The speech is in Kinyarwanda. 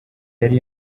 yari